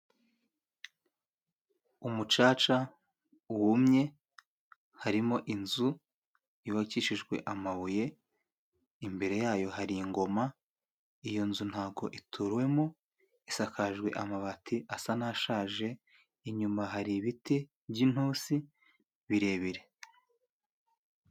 Umucaca wumye harimo inzu yubakishijwe amabuye imbere yayo hari ingoma. Iyo nzu ntago ituwemo isakajwe amabati asa n'ashaje, inyuma hari ibiti by'intusi birebire.